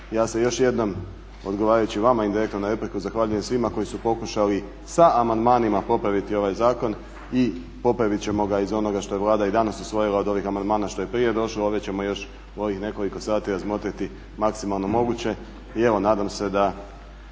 ja se još jednom odgovarajući vama indirektno na repliku zahvaljujem svima koji su pokušali sa amandmanima popraviti ovaj zakon i popravit ćemo ga iz onoga što je Vlada i danas usvojila od ovih amandmana što je prije došlo, a ove ćemo još u ovih nekoliko sati razmotriti maksimalno moguće i evo nadam se da